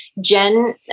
Jen